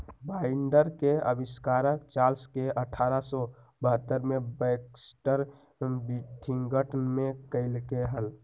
binder के आविष्कार Charles ने अठारह सौ बहत्तर में बैक्सटर विथिंगटन में कइले हल